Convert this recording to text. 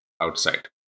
outside